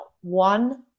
one